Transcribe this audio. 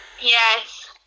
Yes